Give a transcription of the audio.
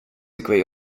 agree